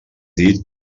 dit